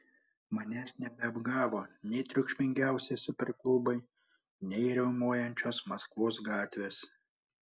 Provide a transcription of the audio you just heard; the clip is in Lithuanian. manęs nebeapgavo nei triukšmingiausi superklubai nei riaumojančios maskvos gatvės